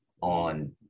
on